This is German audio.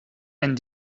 ein